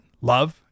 Love